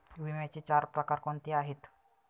विम्याचे चार प्रकार कोणते आहेत?